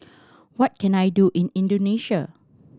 what can I do in Indonesia